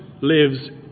lives